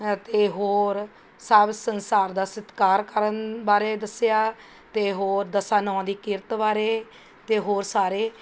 ਅਤੇ ਹੋਰ ਸਭ ਸੰਸਾਰ ਦਾ ਸਤਿਕਾਰ ਕਰਨ ਬਾਰੇ ਦੱਸਿਆ ਅਤੇ ਹੋਰ ਦਸਾਂ ਨਹੁੰਆਂ ਦੀ ਕਿਰਤ ਬਾਰੇ ਅਤੇ ਹੋਰ ਸਾਰੇ